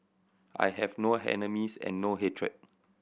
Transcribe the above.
I have no enemies and no hatred